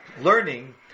learning